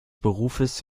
berufes